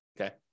okay